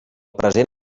present